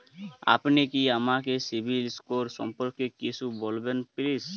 আপনি কি আমাকে সিবিল স্কোর সম্পর্কে কিছু বলবেন প্লিজ?